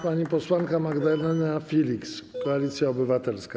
Pani posłanka Magdalena Filiks, Koalicja Obywatelska.